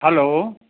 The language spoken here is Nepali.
हेलो